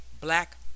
black